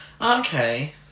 Okay